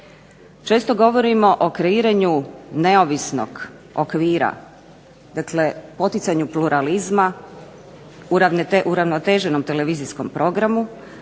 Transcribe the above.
Često govorimo o kreiranju neovisnog okvira, dakle poticanju pluralizma, uravnoteženom televizijskom programu,